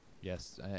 Yes